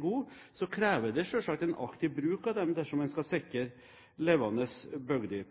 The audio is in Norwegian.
det en aktiv bruk av dem dersom en skal sikre levende bygder.